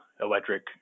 electric